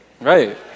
right